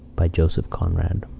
by joseph conrad